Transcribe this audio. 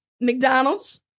McDonald's